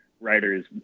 writers